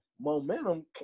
momentum